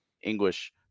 english